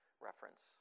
reference